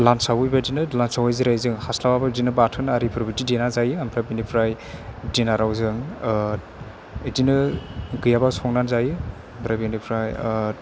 लान्चावबो बेबायदिनो लान्चावहाय जेरै जों हास्लाबाबा बिदिनो बाथोन आरिफोर बिदि देना जायो ओमफ्राय बेनिफ्राय दिनाराव जों बिदिनो गैयाबा संना जायो ओमफ्राय बेनिफ्राय